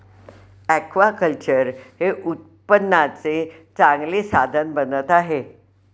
aquaculture हे उत्पन्नाचे चांगले साधन बनत आहे